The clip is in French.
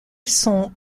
son